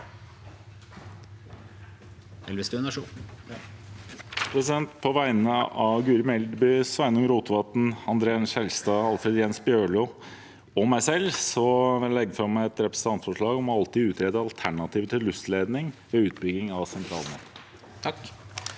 På vegne av Guri Mel- by, Sveinung Rotevatn, André N. Skjelstad, Alfred Jens Bjørlo og meg selv vil jeg legge fram et representantforslag om alltid å utrede alternativer til luftledning ved utbygging av sentralnettet.